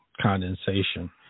condensation